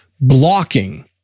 blocking